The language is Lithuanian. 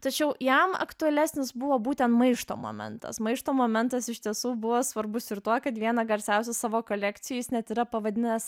tačiau jam aktualesnis buvo būten maišto momentas maišto momentas iš tiesų buvo svarbus ir tuo kad vieną garsiausių savo kolekcijų jis net yra pavadinęs